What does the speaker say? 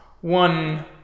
one